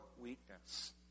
weakness